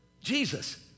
Jesus